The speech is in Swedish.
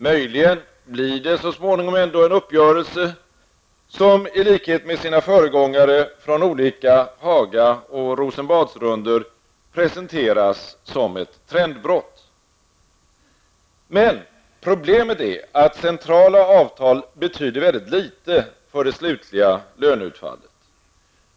Möjligen blir det så småningom ändå en uppgörelse, som i likhet med sina föregångare från olika Haga och Rosenbadsrundor presenteras som ett trendbrott. Men problemen är att centrala avtal betyder väldigt litet för det slutliga löneutfallet.